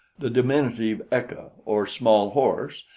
the diminutive ecca, or small horse,